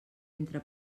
entre